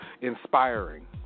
inspiring